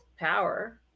power